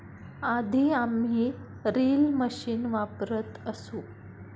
आधी आम्ही reel machine वापरत असू